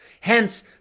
Hence